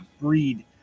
breed